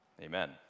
amen